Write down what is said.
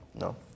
No